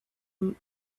and